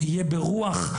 יהיה ברוח.